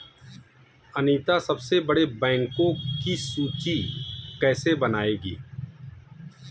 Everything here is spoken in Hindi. अनीता सबसे बड़े बैंकों की सूची कैसे बनायेगी?